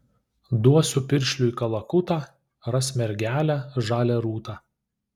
duosiu piršliui kalakutą ras mergelę žalią rūtą